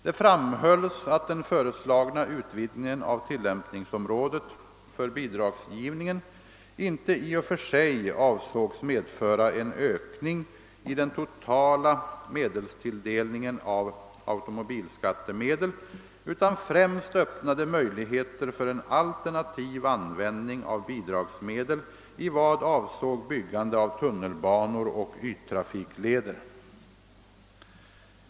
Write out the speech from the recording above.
Det framhölls, att den föreslagna utvidgningen av tilllämpningsområdet för bidragsgivningen inte i och för sig avsågs medföra en ökning i den totala medelstilldelningen av automobilskattemedel utan främst öppnade möjligheter för en alternativ användning av bidragsmedel i vad av såg byggande av tunnelbanor och yttrafikleder.